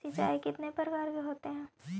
सिंचाई कितने प्रकार के होते हैं?